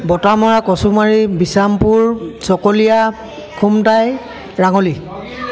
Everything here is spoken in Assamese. বতামৰা কচুমাৰী বিশ্ৰামপুৰ চকলীয়া খুমতাই ৰাঙলী